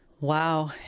Wow